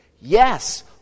Yes